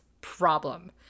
problem